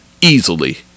easily